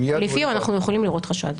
לפיו אנחנו יכולים לראות חשד.